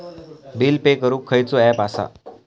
Bill pay करूक खैचो app असा?